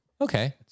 Okay